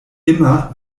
immer